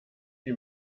wie